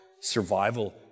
survival